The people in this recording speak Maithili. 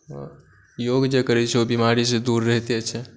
योग जे करैत छै ओ बीमारी से दूर रहिते छै